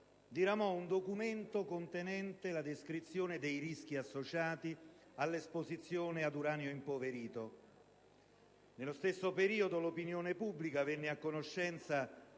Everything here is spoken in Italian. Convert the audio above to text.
diramò un documento contenente la descrizione dei rischi associati all'esposizione all'uranio impoverito. Nello stesso periodo, l'opinione pubblica venne a conoscenza